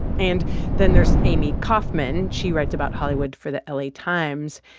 and then there's amy kaufman. she writes about hollywood for the la times.